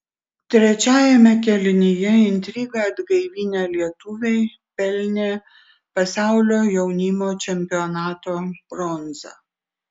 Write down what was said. trečiajame kėlinyje intrigą atgaivinę lietuviai pelnė pasaulio jaunimo čempionato bronzą